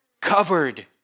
covered